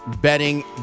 betting